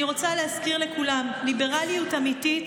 אני רוצה להזכיר לכולם: ליברליות אמיתית